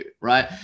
right